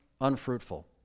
unfruitful